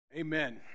Amen